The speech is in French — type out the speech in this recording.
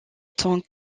tant